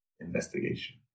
investigation